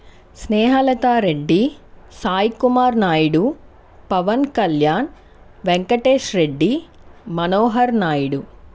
Snehalata Reddy Sai Kumar Naidu Pawan Kalyan Venkatesh Reddy Manohar Naidu